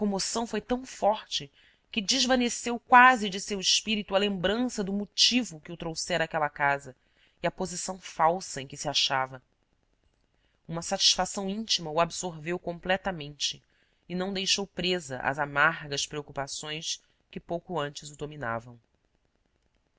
comoção foi tão forte que desvaneceu quase de seu espírito a lembrança do motivo que o trouxera àquela casa e a posição falsa em que se achava uma satisfação íntima o absorveu completamente e não deixou presa às amargas preocupações que pouco antes o dominavam